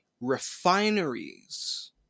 refineries